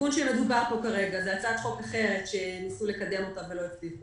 התיקון שמדובר עליו כרגע זאת הצעת חוק אחרת שניסו לקדם אותה ולא הצליחו.